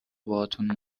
باهاتون